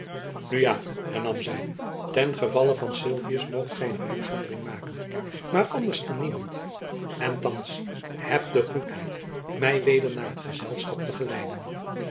nu ja hernam zy ten gevalle van sylvius moogt gy een uitzondering maken maar anders aan niemand en thands heb de goedheid my weder naar het gezelschap te geleiden